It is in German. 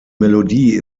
melodie